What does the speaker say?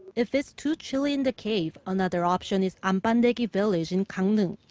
if it's too chilly in the cave, another option is ahnbandegi village in gangneung.